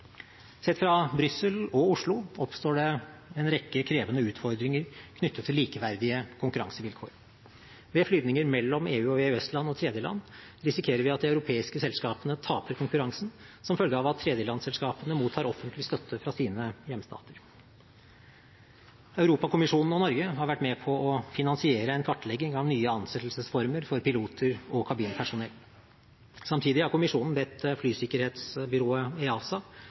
Sett fra Brussel og Oslo oppstår det en rekke krevende utfordringer knyttet til likeverdige konkurransevilkår. Ved flygninger mellom EU/EØS-land og tredjeland risikerer vi at de europeiske selskapene taper konkurransen som følge av at tredjelandsselskapene mottar offentlig støtte fra sine hjemstater. Europakommisjonen og Norge har vært med på å finansiere en kartlegging av nye ansettelsesformer for piloter og kabinpersonell. Samtidig har kommisjonen bedt flysikkerhetsbyrået EASA